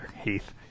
Heath